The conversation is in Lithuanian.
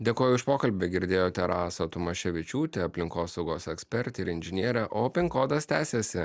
dėkoju už pokalbį girdėjote rasą tumaševičiūtę aplinkosaugos ekspertę ir inžinierę o pin kodas tęsiasi